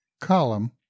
column